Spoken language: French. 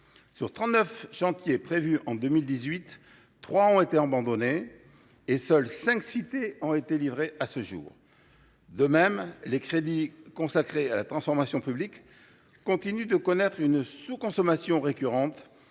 neuf chantiers prévus en 2018, trois ont été abandonnés et seules cinq cités ont été livrées à ce jour. De même, les crédits consacrés au programme « Transformation publique » continuent de connaître une sous consommation récurrente,